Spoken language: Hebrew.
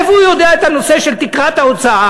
מאיפה הוא יודע את הנושא של תקרת ההוצאה?